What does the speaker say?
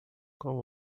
como